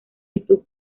youtube